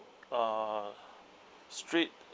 uh street